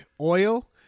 oil